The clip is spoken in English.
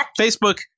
Facebook